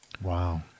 Wow